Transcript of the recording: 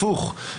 הפוך.